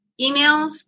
emails